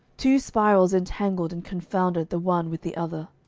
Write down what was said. two spirals entangled and confounded the one with the other,